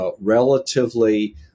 relatively